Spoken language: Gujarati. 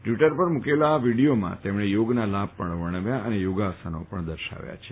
ટ્વીટર પર મૂકેલા વીડિયોમાં તેમણે યોગના લાભ વર્ણવ્યા છે અને યોગાસનો પણ દર્શાવ્યા છે